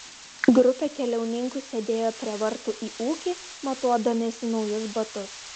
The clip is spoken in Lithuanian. grupė keliauninkų sėdėjo prie vartų į ūkį matuodamiesi naujus batus